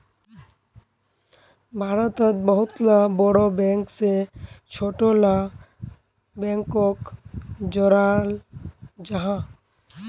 भारतोत बहुत ला बोड़ो बैंक से छोटो ला बैंकोक जोड़ाल जाहा